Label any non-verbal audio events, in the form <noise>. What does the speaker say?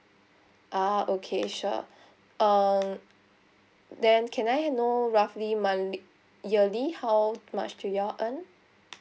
ah okay sure <breath> err then can I you know roughly monthly yearly how much do you all earn